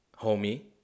homie